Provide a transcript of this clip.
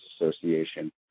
Association